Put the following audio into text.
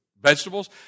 vegetables